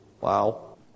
Wow